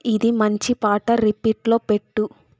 ఇది మంచి పాట రిపీట్లో పెట్టు